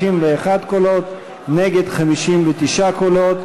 61 קולות, נגד, 59 קולות.